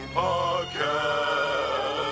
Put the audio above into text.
podcast